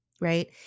right